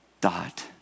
dot